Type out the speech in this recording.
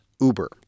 Uber